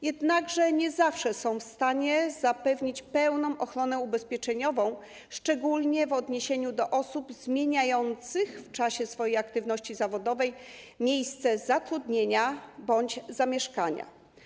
Jednak państwa nie zawsze są w stanie zapewnić pełną ochronę ubezpieczeniową, szczególnie w odniesieniu do osób zmieniających w czasie swojej aktywności zawodowej miejsce zatrudnienia bądź zamieszkania.